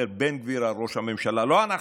בן גביר אומר כך על ראש הממשלה, לא אנחנו: